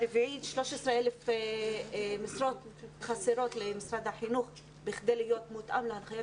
13,000 משרות חסרות למשרד החינוך כדי להיות מותאם להנחיות